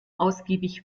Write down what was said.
ausgiebig